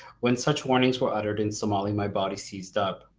when such warnings were uttered in somali, my body seized up,